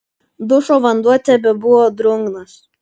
dušo vanduo tebuvo drungnas